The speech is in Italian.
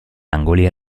angoli